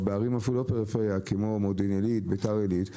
או אפילו בערים שהן לא בפריפריה כמו מודיעין עלית וביתר עלית,